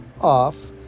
off